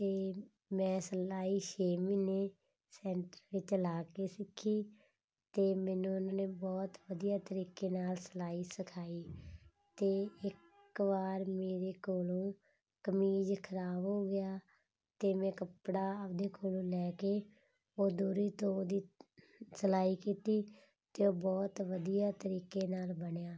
ਅਤੇ ਮੈਂ ਸਿਲਾਈ ਛੇ ਮਹੀਨੇ ਸੈਂਟਰ ਵਿੱਚ ਲਾ ਕੇ ਸਿੱਖੀ ਅਤੇ ਮੈਨੂੰ ਉਹਨਾਂ ਨੇ ਬਹੁਤ ਵਧੀਆ ਤਰੀਕੇ ਨਾਲ ਸਿਲਾਈ ਸਿਖਾਈ ਅਤੇ ਇੱਕ ਵਾਰ ਮੇਰੇ ਕੋਲੋਂ ਕਮੀਜ਼ ਖ਼ਰਾਬ ਹੋ ਗਿਆ ਅਤੇ ਮੈਂ ਕੱਪੜਾ ਆਪਣੇ ਕੋਲੋਂ ਲੈ ਕੇ ਉਹ ਦੂਰੀ ਦੋ ਦੀ ਸਿਲਾਈ ਕੀਤੀ ਅਤੇ ਉਹ ਬਹੁਤ ਵਧੀਆ ਤਰੀਕੇ ਨਾਲ ਬਣਿਆ